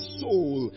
soul